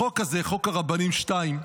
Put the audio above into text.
החוק הזה, חוק הרבנים 2,